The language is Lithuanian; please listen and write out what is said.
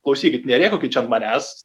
klausykit nerėkaukit čia ant manęs